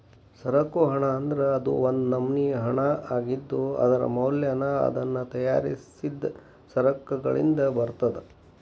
ಸರಕು ಹಣ ಅಂದ್ರ ಅದು ಒಂದ್ ನಮ್ನಿ ಹಣಾಅಗಿದ್ದು, ಅದರ ಮೌಲ್ಯನ ಅದನ್ನ ತಯಾರಿಸಿದ್ ಸರಕಗಳಿಂದ ಬರ್ತದ